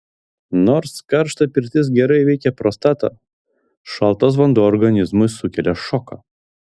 nors karšta pirtis gerai veikia prostatą šaltas vanduo organizmui sukelia šoką